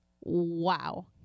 Wow